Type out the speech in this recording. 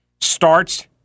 starts